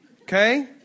Okay